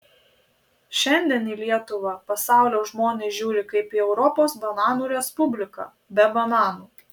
šiandien į lietuvą pasaulio žmonės žiūri kaip į europos bananų respubliką be bananų